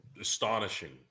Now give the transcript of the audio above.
astonishing